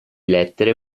lettere